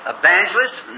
evangelists